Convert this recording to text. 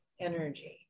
energy